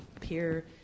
peer